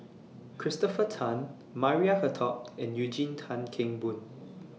Christopher Tan Maria Hertogh and Eugene Tan Kheng Boon